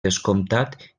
descomptat